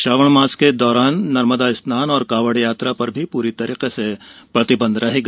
श्रावण मास के दौरान नर्मदा स्नान और कावड़ यात्रा पर पूर्णतः प्रतिबंध रहेगा